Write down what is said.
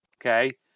okay